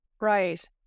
Right